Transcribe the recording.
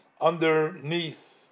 underneath